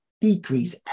decrease